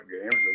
games